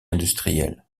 industrielles